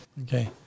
Okay